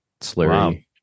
slurry